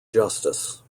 justice